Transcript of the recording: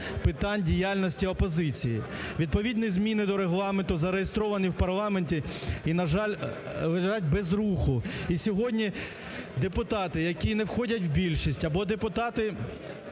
питань діяльності опозиції. Відповідні зміни до Регламенту зареєстровані в парламенті і, на жаль, лежать без руху. І сьогодні депутати, які не входять в більшість, або